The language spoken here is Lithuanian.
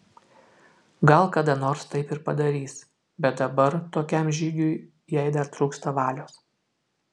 gal kada nors taip ir padarys bet dabar tokiam žygiui jai dar trūksta valios